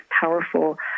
powerful